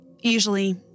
Usually